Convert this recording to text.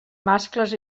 mascles